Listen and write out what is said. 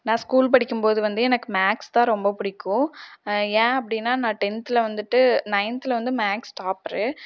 நான் ஸ்கூல் படிக்கும்போது வந்து எனக்கு மேக்ஸ்தான் ரொம்ப பிடிக்கும் ஏன் அப்படினா நான் டென்த்ல வந்துட்டு நைன்த்ல வந்து மேக்ஸ் டாப்ரு